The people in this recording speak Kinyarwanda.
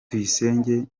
tuyisenge